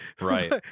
right